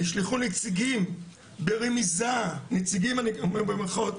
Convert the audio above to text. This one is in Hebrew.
נשלחו נציגים ברמיזה, נציגים אני אומר במירכאות,